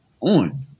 on